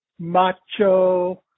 macho